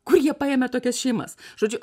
kur jie paėmę tokias šeimas žodžiu